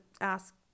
ask